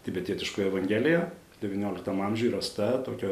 tibetietiškoji evangelija devynioliktam amžiuj rasta tokia